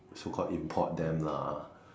so called import them lah